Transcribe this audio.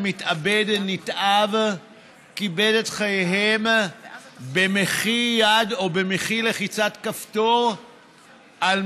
אני חושב שבנוגע לחוק הזה שמביאה הממשלה צריך להישמע קול מאוד מאוד